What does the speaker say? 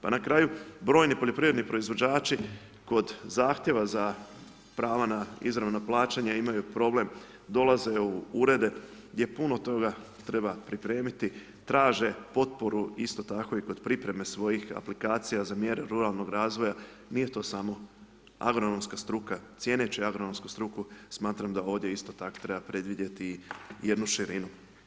Pa na kraju brojni poljoprivredni proizvođači kod zahtjeva za prava na izravna plaćanja imaju problem, dolaze u urede gdje puno toga treba pripremiti, traže potporu isti tako i kod pripreme svojih aplikacija za mjere ruralnog razvoja, nije to samo agronomska struka, cijenit će agronomsku struku, smatram da ovdje isto tako treba predvidjeti i jednu širinu.